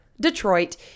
Detroit